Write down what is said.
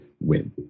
win